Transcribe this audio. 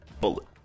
Bullet